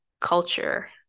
culture